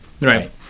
Right